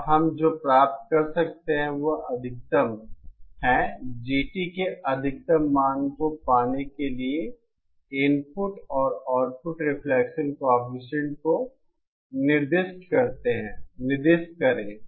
और हम जो प्राप्त कर सकते हैं वह अधिकतम है GT के अधिकतम मान को पाने के लिए इनपुट और आउटपुट रिफ्लेक्शन कॉएफिशिएंट को निर्दिष्ट करें